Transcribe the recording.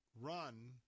run